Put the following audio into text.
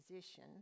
position